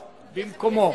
את במקומו,